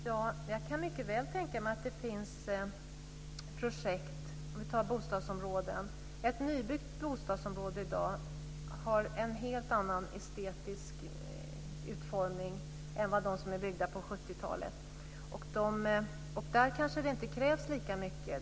Herr talman! Jag kan mycket väl tänka mig att det finns projekt i t.ex. bostadsområden. Ett nybyggt bostadsområde har i dag en helt annan estetisk utformning än de som är byggda på 70-talet. Där kanske det inte krävs lika mycket.